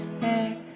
Hey